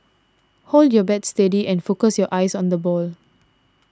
hold your bat steady and focus your eyes on the ball